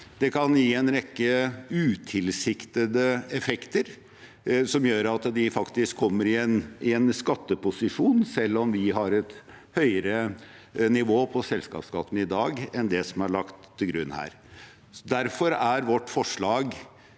Det kan gi en rekke utilsiktede effekter som gjør at de faktisk kommer i en skatteposisjon, selv om vi har et høyere nivå på selskapsskatten i dag enn det som er lagt til grunn her. Derfor er vårt forslag